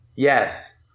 Yes